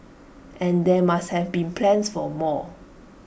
and there must have been plans for more